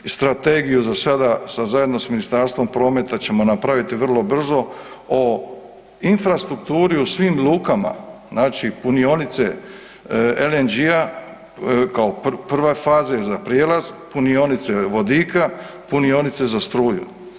Strategiju za sada zajedno sa Ministarstvom prometa ćemo napraviti vrlo brzo o infrastrukturi u svim lukama, znači punionice LNG-a kao prva faza za prijelaz, punionice vodika, punionice za struju.